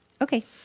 okay